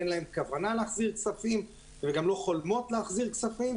אין להן כוונה להחזיר כספים וגם לא חולמות להחזיר כספים,